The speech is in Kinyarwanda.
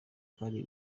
kandi